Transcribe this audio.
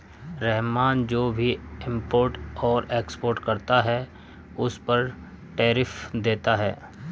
रहमान जो भी इम्पोर्ट और एक्सपोर्ट करता है उस पर टैरिफ देता है